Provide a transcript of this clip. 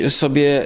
sobie